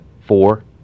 four